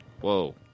Whoa